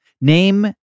Name